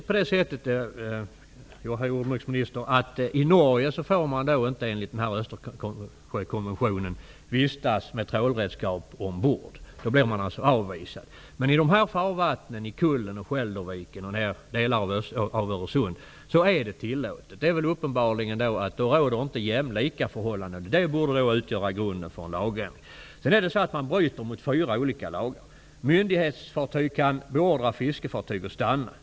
Herr talman! I Norge får man enligt Östersjökonventionen inte vistas med trålredskap ombord. Om man gör det blir man avvisad. I dessa farvatten -- Kullen, Skälderviken och delar av Öresund -- är det tillåtet. Uppenbarligen råder inte jämlika förhållanden. Det borde utgöra grunden för en lagändring. Tjuvfiskarna bryter dessutom mot fyra olika lagar. För det första kan myndighetsfartyg beordra fiskefartyg att stanna.